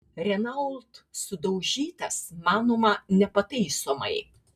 renault sudaužytas manoma nepataisomai